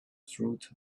truth